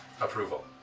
approval